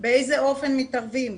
באיזה אופן מתערבים,